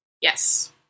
Yes